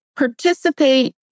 participate